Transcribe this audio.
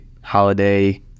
holiday